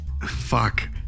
Fuck